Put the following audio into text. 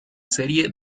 serie